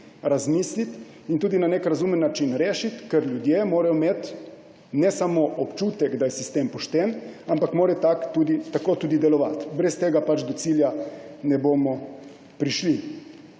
razmisliti in tudi na nek razumen način rešiti, ker ljudje morajo imeti ne samo občutek, da je sistem pošten, ampak mora sistem tako tudi delovati. Brez tega do cilja ne bomo prišli.